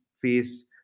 face